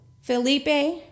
Felipe